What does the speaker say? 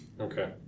Okay